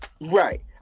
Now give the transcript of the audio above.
right